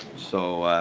so